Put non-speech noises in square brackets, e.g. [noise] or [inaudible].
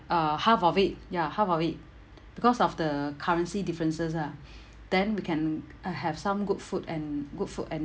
uh half of it ya half of it because of the currency differences ah [breath] then we can uh have some good food and good food and